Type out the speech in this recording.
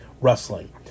wrestling